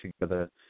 together